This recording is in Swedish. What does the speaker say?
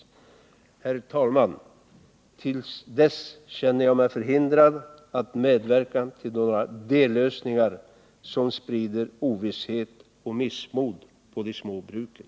Herr talman! Till dess att dessa förhoppningar infriats känner jag mig förhindrad att medverka till några dellösningar som sprider ovisshet och missmod på de små bruken.